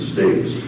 States